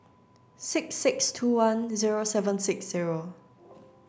six six two one zero seven six zero